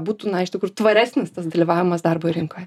būtų na iš tikrųjų tvaresnis tas dalyvavimas darbo rinkoje